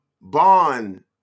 bond